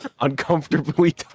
uncomfortably